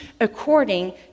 according